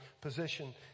position